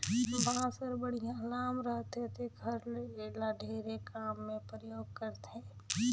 बांस हर बड़िहा लाम रहथे तेखर ले एला ढेरे काम मे परयोग करथे